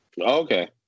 Okay